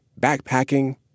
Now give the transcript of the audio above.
backpacking